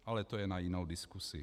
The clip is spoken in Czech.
Ale to je na jinou diskusi.